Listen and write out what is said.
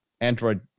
Android